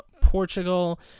Portugal